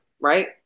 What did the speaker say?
right